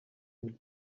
nke